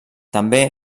també